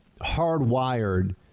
hardwired